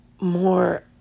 more